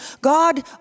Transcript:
God